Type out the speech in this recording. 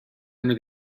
under